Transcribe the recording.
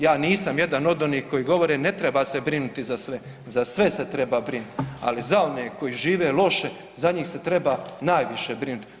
Ja nisam jedan od onih koji govore ne treba se brinuti za sve, za sve se treba brinuti, ali za one koji žive loše za njih se treba najviše brinit.